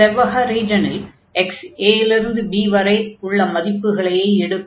இந்த செவ்வக ரீஜனில் x a இலிருந்து b வரை உள்ள மதிப்புகளையே எடுக்கும்